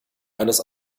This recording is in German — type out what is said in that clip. eines